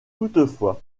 toutefois